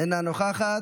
איננה נוכחת,